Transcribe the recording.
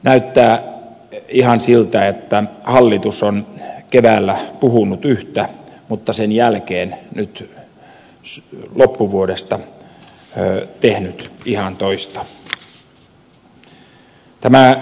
näyttää ihan siltä että hallitus on keväällä puhunut yhtä mutta sen jälkeen nyt loppuvuodesta tehnyt ihan toista